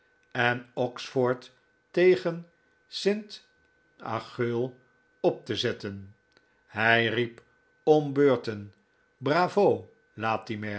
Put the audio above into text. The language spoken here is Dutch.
en oxford tegen st acheul op te zetten hij riep om beurten bravo